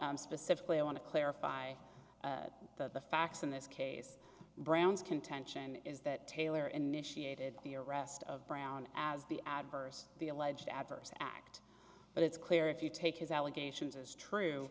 specifically i want to clarify the facts in this case brown's contention is that taylor initiated the arrest of brown as the adverse the alleged adverse act but it's clear if you take his allegations as true